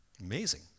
Amazing